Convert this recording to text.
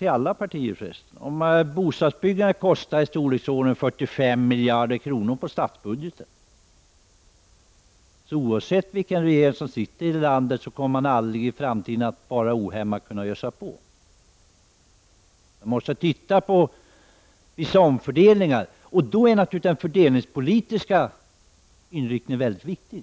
jag säga att om bostadsbyggandet kostar i storleksordningen 45 miljarder kronor av statsbudgeten, så kommer man i framtiden aldrig att bara kunna ösa på ohämmat, oavsett vilken regering som sitter vid makten. Man måste fundera på vissa omfördelningar. Då blir naturligtvis den fördelningspolitiska inriktningen mycket viktig.